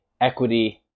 equity